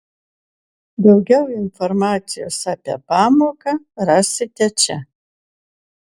daugiau informacijos apie pamoką rasite čia